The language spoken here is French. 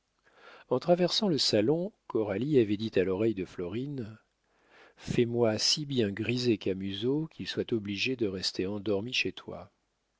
en traversant le salon coralie avait dit à l'oreille de florine fais-moi si bien griser camusot qu'il soit obligé de rester endormi chez toi